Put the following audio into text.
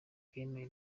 bwemeye